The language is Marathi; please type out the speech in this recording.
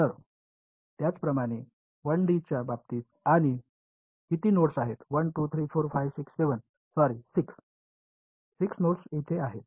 तर त्याचप्रमाणे 1 डीच्या बाबतीत आणि किती नोड्स आहेत 1 2 3 4 5 6 7 सॉरी 6 6 नोड्स तेथे आहेत